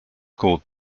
called